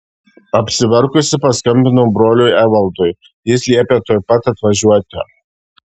apsiverkusi paskambinau broliui evaldui jis liepė tuoj pat atvažiuoti